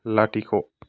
लाथिख'